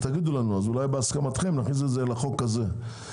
תגידו לנו אז אולי בהסכמתכם נכניס את זה לחוק הזה.